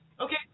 okay